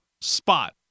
spot